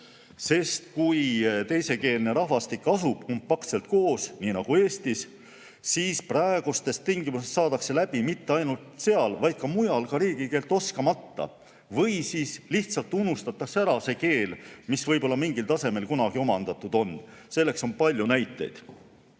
Sest kui teisekeelne rahvastik asub kompaktselt koos, nii nagu Eestis, siis praegustes tingimustes saadakse läbi – mitte ainult seal, vaid ka mujal – riigikeelt oskamata või siis lihtsalt unustatakse ära see keel, mis võib-olla mingil tasemel kunagi omandatud on. Selle kohta on palju näiteid.